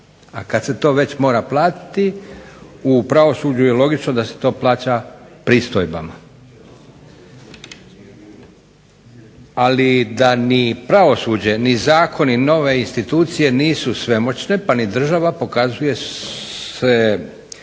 A kad se to već mora platiti u pravosuđu je logično da se to plaća pristojbama. Ali, da ni pravosuđe ni zakoni ni nove institucije nisu svemoćne pa ni država pokazuje se